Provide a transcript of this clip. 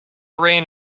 reign